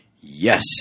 Yes